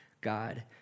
God